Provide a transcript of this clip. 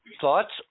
Thoughts